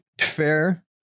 fair